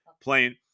playing